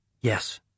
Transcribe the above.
Yes